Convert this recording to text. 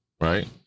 right